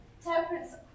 Temperance